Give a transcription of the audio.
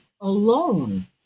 alone